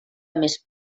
més